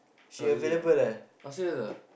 oh really ah oh serious ah